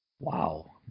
wow